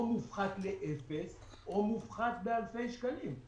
או מפוחת לאפס או מופחת באלפי שקלים.